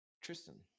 Tristan